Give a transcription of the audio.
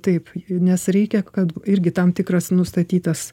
taip nes reikia kad irgi tam tikras nustatytas